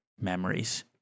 memories